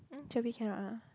hmm Gerpe cannot ah